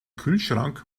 kühlschrank